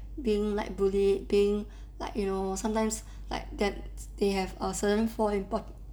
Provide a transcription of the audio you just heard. being like bullied being like you know sometimes like that they have a certain fall impact